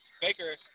Baker